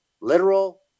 literal